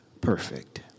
perfect